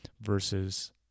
versus